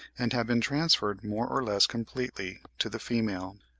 and have been transferred more or less completely to the female.